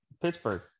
Pittsburgh